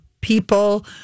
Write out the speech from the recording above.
people